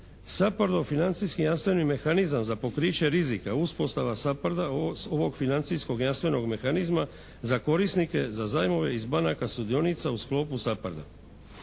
financijski jamstveni mehanizam za pokriće rizika, uspostava SAPHARD-a ovog financijskog jamstvenog mehanizma za korisnike za zajmove iz banaka sudionica u sklopu